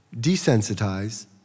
desensitize